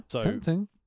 tempting